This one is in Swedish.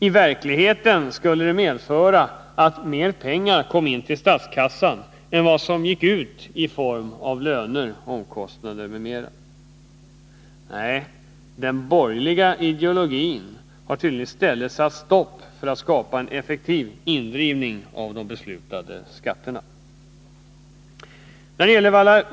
I verkligheten skulle en sådan satsning medföra att mer pengar kom in till statskassan än vad som gick ut i form av löner, omkostnader m.m. Den borgerliga ideologin har tydligen i stället satt stopp för att skapa en effektiv indrivning av de beslutade skatterna.